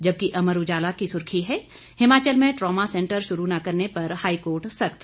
जबकि अमर उजाला की सुर्खी है हिमाचल में ट्रामा सेंटर शुरू न करने पर हाईकोर्ट सख्त